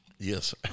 Yes